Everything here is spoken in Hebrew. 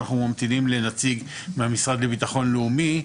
אנחנו ממתינים לנציג מהמשרד לביטחון לאומי,